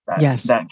Yes